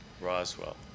Roswell